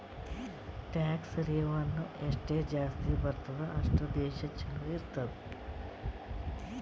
tax revenue ಎಷ್ಟು ಜಾಸ್ತಿ ಬರ್ತುದ್ ಅಷ್ಟು ದೇಶ ಛಲೋ ಇರ್ತುದ್